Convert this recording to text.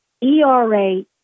ERA